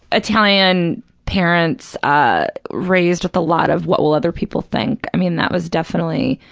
italian parents, ah raised with a lot of what will other people think. i mean, that was definitely,